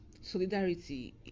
solidarity